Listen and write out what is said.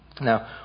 Now